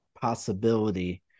possibility